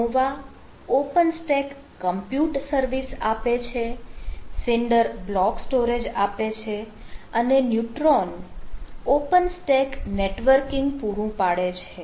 Nova OpenStack compute service આપે છે Cinder block storage આપે છે અને ન્યુટ્રોન ઓપન સ્ટેક નેટવર્કિંગ પૂરું પાડે છે